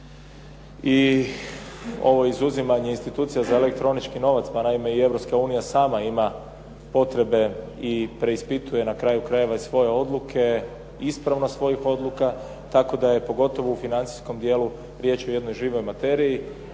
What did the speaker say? i ovo izuzimanje institucija za elektronički novac. Pa naime i Europska unija sama ima potrebe i preispituje na kraju krajeva i svoje odluke, ispravnost svojih odluka, tako da je pogotovo u financijskom dijelu riječ o jednoj živoj materiji.